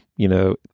you know,